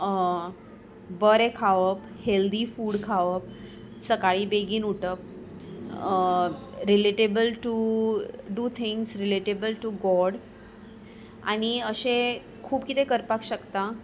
बरें खावप healthy food खावप सकाळीं बेगीन उठप relatable to to things relatable to God आनी अशें खूब कितें करपाक शकता